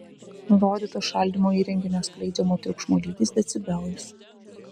nurodytas šaldymo įrenginio skleidžiamo triukšmo lygis decibelais